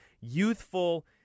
youthful